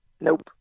Nope